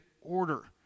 order